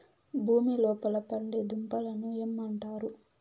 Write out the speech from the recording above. భూమి లోపల పండే దుంపలను యామ్ అంటారు